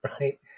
right